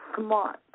smart